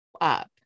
up